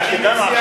אני מציע,